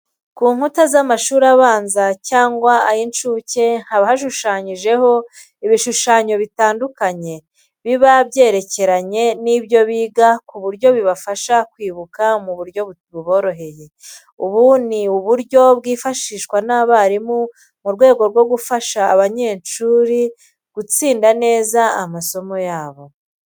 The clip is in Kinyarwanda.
Ku nkuta z'amashuri abanza cyangwa ay'incuke haba hashushanyijeho ibishushanyo bitandikanye, biba byerekeranye n'ibyo biga ku buryo bibafasha kwibuka mu buryo buboroheye. Ubu ni uburyo bwifashishwa n'abarimu mu rwego rwo gufasha abanyeshuri gitsinda neza amasomo yabo.